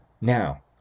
Now